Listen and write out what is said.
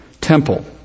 temple